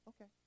okay